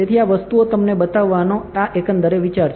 તેથી આ વસ્તુઓ તમને બતાવવાનો આ એકંદર વિચાર છે